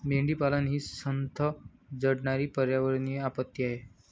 मेंढीपालन ही संथ जळणारी पर्यावरणीय आपत्ती आहे